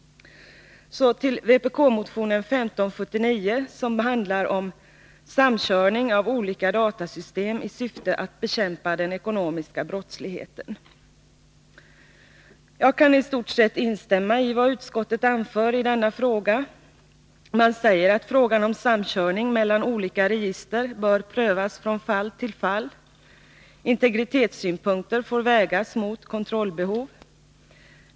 Så till vpk-motionen 1579, som handlar om samkörning av olika datasystem i syfte att bekämpa den ekonomiska brottsligheten. Jag kan i stort sett instämma i vad utskottet anför i denna fråga. Man säger att frågan om samkörning mellan olika register bör prövas från fall till fall. Integritetssynpunkter får vägas mot kontrollbehov.